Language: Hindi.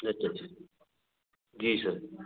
अच्छा अच्छा जी सर